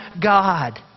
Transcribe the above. God